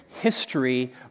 history